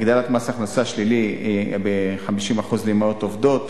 הגדלת מס הכנסה שלילי ב-50% לאמהות עובדות,